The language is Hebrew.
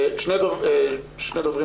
שני דוברים